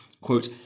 quote